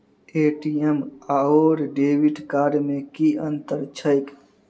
ATM आओर debit card मे की अंतर छैक?